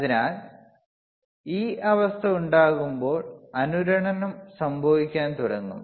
അതിനാൽ ഈ അവസ്ഥ ഉണ്ടാകുമ്പോൾ അനുരണനം സംഭവിക്കാൻ തുടങ്ങും